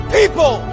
People